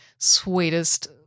sweetest